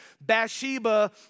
Bathsheba